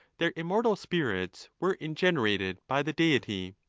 their immortal spirits were ingenerated by the deity.